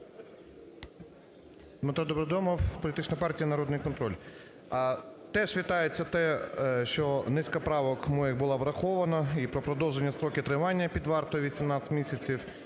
Дмитро Добродомов, Політична партія "Народний контроль". Теж вітається те, що низка правок моїх була врахована і про продовження строків тримання під вартою 18 місяців,